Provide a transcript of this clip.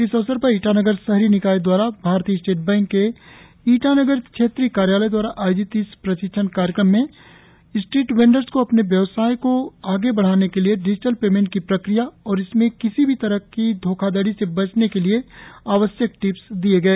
इस अवसर पर ईटानगर शहरी निकाय दवारा भारतीय स्टेट बैंक के ईटानगर क्षेत्रीय कार्यालय दवारा आयोजित इस प्रशिक्षण कार्यक्रम में स्ट्रीट वेंडर्स को अपने व्यवसाय को बढ़ावा के लिए डिजिटल पेमेंट की प्रक्रिया और इसमें किसी भी तरह की धोखा धड़ी से बचने के लिए आवश्यक टिप्स दिए गए